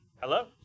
hello